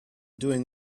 doing